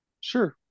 Sure